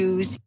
Use